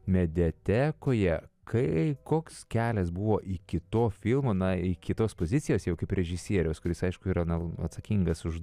mediatekoje kai koks kelias buvo iki to filmo na į kitos pozicijos jau kaip režisieriaus kuris aišku yra atsakingas už